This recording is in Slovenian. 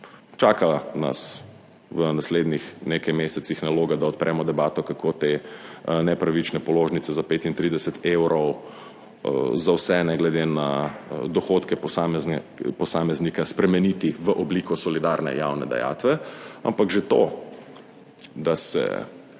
Čaka nas v naslednjih nekaj mesecih naloga, da odpremo debato, kako te nepravične položnice za 35 evrov za vse, ne glede na dohodke posameznika spremeniti v obliko solidarne javne dajatve, ampak že to, da se